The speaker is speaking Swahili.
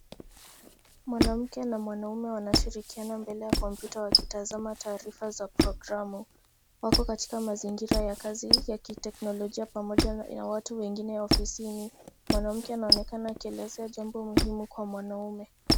Mwanamke na mwanaume wanashirikina mbele ya kompyuta wakitazama taarifa za prokramu. Wako katika mazingira ya kazi ya kiteknolojia pamoja na watu wengine ofisini. Mwanamke anaonekana akielezea jambo muhimu kwa mwanaume.